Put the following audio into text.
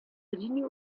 renew